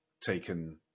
taken